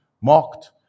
mocked